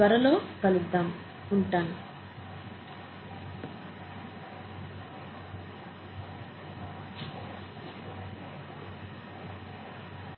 త్వరలో కలుద్దాము ధన్యవాదాలు